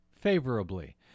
favorably